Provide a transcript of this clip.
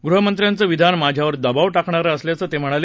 गृहमंत्र्यांचं विधान माझ्यावर दबाव टाकणारं असल्याचं ते म्हणाले